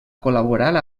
col·laborar